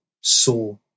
saw